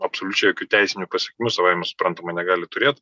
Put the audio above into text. absoliučiai jokių teisinių pasekmių savaime suprantama negali turėt